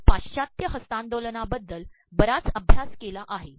आपण पाश्चात्य हस्त्तांदोलनाबद्दल बराच अभ्यास केला आहे